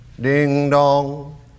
Ding-dong